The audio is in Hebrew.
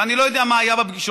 ואני לא יודע מה היה בפגישות,